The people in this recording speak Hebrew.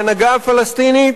בהנהגה הפלסטינית.